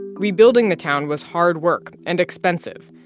rebuilding the town was hard work and expensive.